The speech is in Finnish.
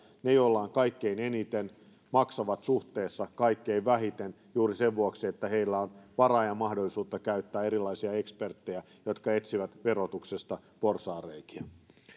ne joilla on kaikkein eniten maksavat suhteessa kaikkein vähiten juuri sen vuoksi että heillä on varaa ja mahdollisuus käyttää erilaisia eksperttejä jotka etsivät verotuksesta porsaanreikiä